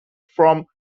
from